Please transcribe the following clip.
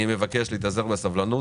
אני מבקש להתאזר בסבלנות,